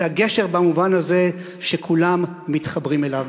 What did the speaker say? אלא גשר במובן הזה שכולם מתחברים אליו.